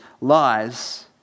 lies